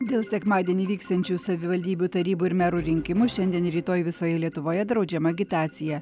dėl sekmadienį vyksiančių savivaldybių tarybų ir merų rinkimų šiandien ir rytoj visoje lietuvoje draudžiama agitacija